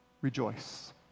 rejoice